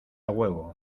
huevo